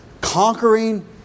conquering